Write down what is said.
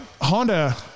Honda